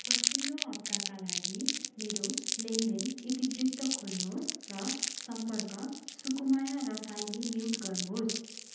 पछिल्लो हप्ताका लागि मेरो लेनदेन इतिवृत्त खोल्नुहोस् र सम्पर्क सुकुमाया रसाइली म्युट गर्नुहोस्